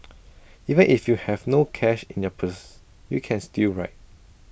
even if you have no cash in your purse you can still ride